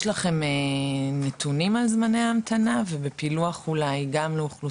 יש לכם נתונים על זמני ההמתנה ובפילוח גם על אוכלוסיות?